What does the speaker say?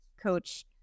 coach